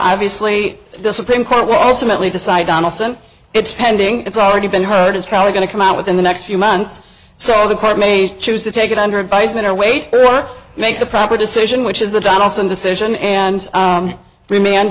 asli the supreme court will also mentally decide on also it's pending it's already been heard it's probably going to come out within the next few months so the court may choose to take it under advisement or wait or make the proper decision which is the donaldson decision and we ma